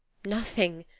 nothing,